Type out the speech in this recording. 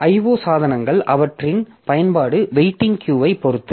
IO சாதனங்கள் அவற்றின் பயன்பாடு வெயிட்டிங் கியூ ஐ பொறுத்து